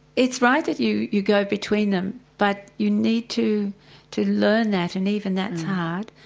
it's right that you you go between them but you need to to learn that, and even that's hard.